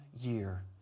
year